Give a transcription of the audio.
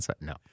No